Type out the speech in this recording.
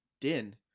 din